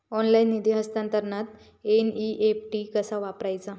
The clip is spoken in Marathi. ऑनलाइन निधी हस्तांतरणाक एन.ई.एफ.टी कसा वापरायचा?